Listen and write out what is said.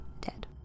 dead